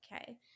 okay